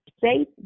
safe